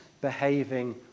behaving